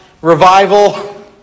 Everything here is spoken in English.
revival